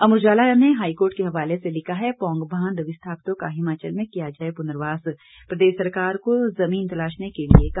अमर उजाला ने हाईकोर्ट के हवाले से लिखा है पौंग बांध विस्थापितों का हिमाचल में किया जाए पुनर्वास प्रदेश सरकार को जमीन तलाशने के लिए कहा